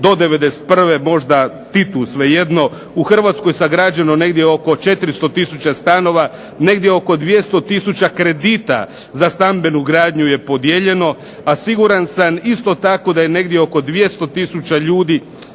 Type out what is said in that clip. do '91., možda Titu svejedno, u Hrvatskoj sagrađeno negdje oko 400 tisuća stanova, negdje oko 200 tisuća kredita za stambenu gradnju je podijeljeno, a siguran sam isto tako da je negdje oko 200 tisuća ljudi